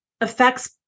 affects